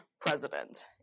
president